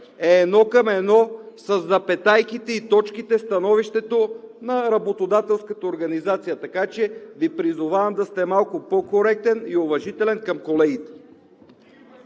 е едно към едно – със запетайките и точките, в становището на работодателската организация. Така че Ви призовавам да сте малко по-коректен и уважителен към колегите.